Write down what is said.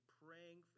praying